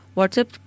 WhatsApp